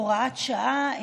(הוראת שעה),